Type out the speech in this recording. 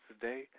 today